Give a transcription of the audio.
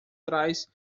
trás